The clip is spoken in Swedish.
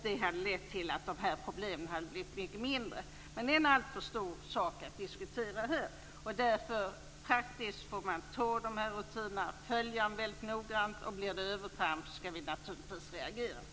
Då hade dessa problem blivit mycket mindre. Men det är en alltför stor fråga att diskutera nu. Alltså: Man får acceptera dessa rutiner, följa dem noga och sker det övertramp skall vi naturligtvis reagera.